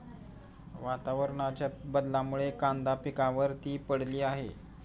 वातावरणाच्या बदलामुळे कांदा पिकावर ती पडली आहे